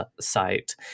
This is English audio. Site